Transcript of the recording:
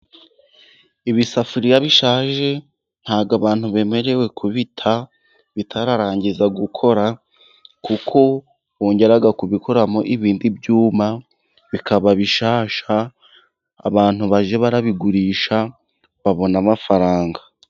Ibisafuriya bishaje ntabwo abantu bemerewe kubita, bitararangiza gukora kuko bongera kubikuramo ibindi byuma bikaba bishyashya, abantu bajye barabigurisha babone amafaranga.